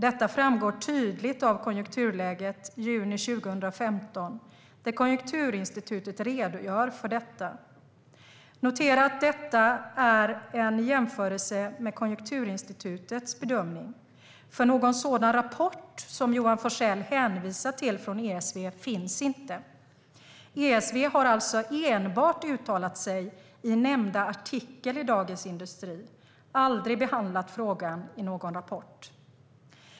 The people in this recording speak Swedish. Detta framgår tydligt av konjunkturläget i juni 2015, då Konjunkturinstitutet redogör för detta. Notera att detta är en jämförelse med Konjunkturinstitutets bedömning - för någon sådan rapport som Johan Forssell hänvisar till från ESV finns inte. ESV har alltså enbart uttalat sig i nämnda artikel i Dagens Industri, aldrig behandlat frågan i någon rapport.